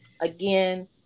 again